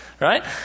right